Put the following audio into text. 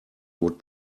would